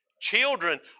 Children